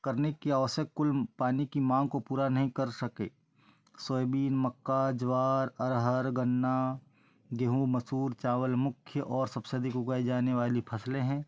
करने की आवश्यक कुल पानी की माँग को पूरा नहीं कर सके सोयाबीन मक्का ज्वार अरहर गन्ना गेहूँ मसूर चावल मुख्य और सबसे अधिक उगाई जाने वाली फ़सलें हैं